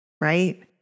right